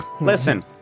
Listen